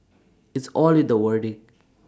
it's all in the wording